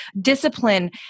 discipline